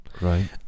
Right